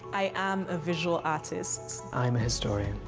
i am a visual artist. i'm a historian.